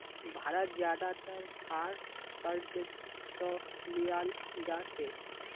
भारत ज्यादातर कार क़र्ज़ स लीयाल जा छेक